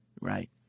Right